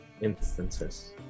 instances